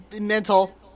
mental